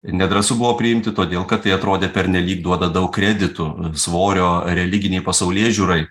nedrąsu buvo priimti todėl kad tai atrodė pernelyg duoda daug kreditų svorio religinei pasaulėžiūrai